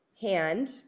hand